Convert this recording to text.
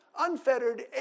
unfettered